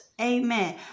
Amen